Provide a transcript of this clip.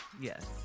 Yes